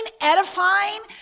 edifying